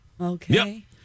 Okay